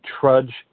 trudge